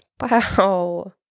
Wow